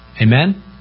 amen